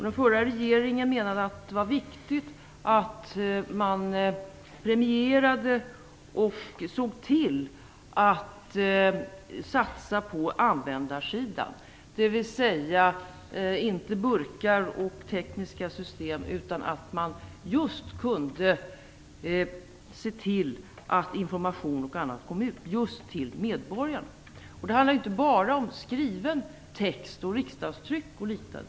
Den förra regeringen menade att det var viktigt att man premierade, och såg till att satsa på, användarsidan. Man skulle alltså inte koncentrera sig på burkar och tekniska system utan just se till att information och annat kom ut till medborgarna. Det handlar inte bara om skriven text, riksdagstryck, och liknande.